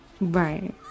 Right